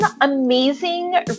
amazing